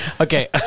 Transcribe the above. Okay